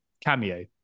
cameo